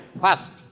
first